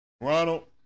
Ronald